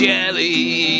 Jelly